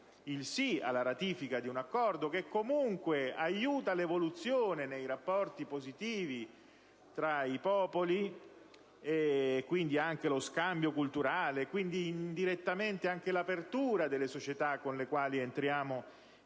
il sì alla ratifica di un Accordo - che comunque aiuta l'evoluzione nei rapporti positivi tra i popoli e quindi anche lo scambio culturale ed indirettamente l'apertura delle società con le quali entriamo